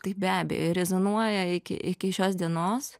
tai be abejo rezonuoja iki iki šios dienos